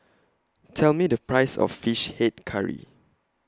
Tell Me The Price of Fish Head Curry